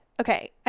okay